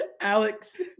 Alex